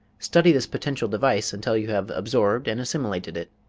study this potential device until you have absorbed and assimilated it.